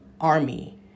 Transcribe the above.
army